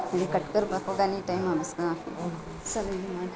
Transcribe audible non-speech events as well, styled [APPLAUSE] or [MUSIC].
ಇದು cut [UNINTELLIGIBLE] time [UNINTELLIGIBLE]